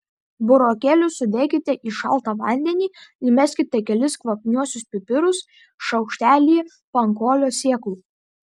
burokėlius sudėkite į šaltą vandenį įmeskite kelis kvapniuosius pipirus šaukštelį pankolio sėklų